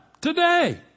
today